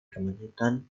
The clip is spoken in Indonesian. kemacetan